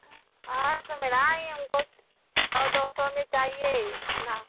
हाँ आँ तो लगाए हमको सौ दो सौ में चाहिए ना